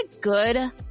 good